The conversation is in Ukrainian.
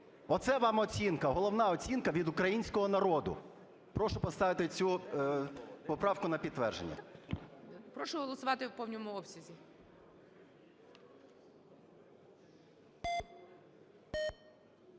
Оце вам оцінка, головна оцінка від українського народу. Прошу поставити цю поправку на підтвердження. ГОЛОВУЮЧИЙ. Прошу голосувати у повному обсязі.